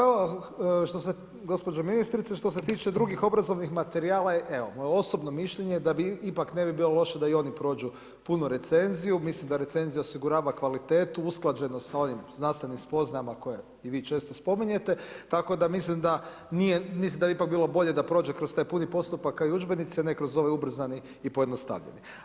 Evo, gospođo ministrice, što se tiče drugih obrazovnih materijala, evo, moje osobno mišljenje, da ipak ne bi bilo loše da i oni prođu puno recenziju, mislim da recenzija osigurava kvalitetu, usklađenost s onim znanstvenim spoznajama koje i vi često spominjete, tako da mislim da nije, mislim da bi ipak bilo bolje da prođe kroz taj puni postupaka i udžbenike ne kroz ovi ubrzani i pojednostavljeni.